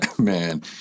Man